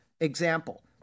Example